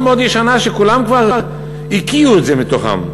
מאוד ישנה שכולם כבר הקיאו את זה מתוכם.